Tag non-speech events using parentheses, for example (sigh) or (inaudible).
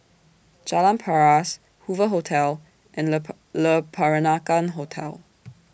Jalan Paras Hoover Hotel and (unintelligible) Le Peranakan Hotel